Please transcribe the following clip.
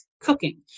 cooking